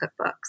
cookbooks